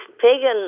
pagan